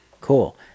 cool